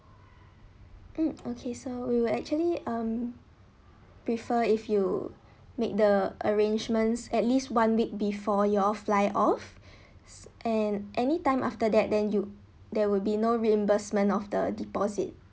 mm okay so we will actually um prefer if you made the arrangements at least one week before y'all fly off and anytime after that then you there will be no reimbursement of the deposit